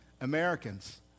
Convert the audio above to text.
Americans